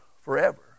forever